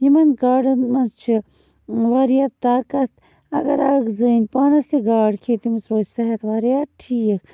یِمن گاڈَن منٛز چھِ واریاہ طاقت اگر اَکھ زٔنۍ پانَس تہِ گاڈ کھیٚیہِ تٔمس روزِ صحت واریاہ ٹھیٖک